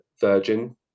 Virgin